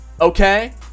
okay